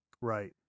Right